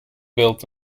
built